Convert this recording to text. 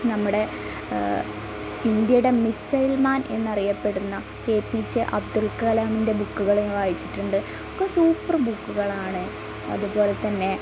നമ്മുടെ ഇന്ത്യയുടെ മിസൈൽമാൻ എന്നറിയപ്പെടുന്ന എ പി ജെ അബ്ദുൽകലാമിൻ്റെ ബുക്കുകള് ഞാൻ വായിച്ചിട്ടുണ്ട് ഒക്കെ സൂപ്പറ് ബുക്കുകളാണ് അതുപോലെ തന്നെ